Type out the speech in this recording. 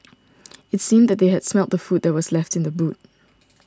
it seemed that they had smelt the food that was left in the boot